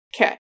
Okay